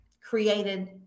created